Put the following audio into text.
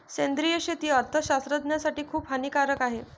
सेंद्रिय शेती अर्थशास्त्रज्ञासाठी खूप हानिकारक आहे